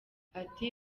ati